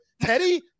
Teddy